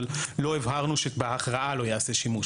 אבל לא הבהרנו שבהכרעה לא ייעשה שימוש,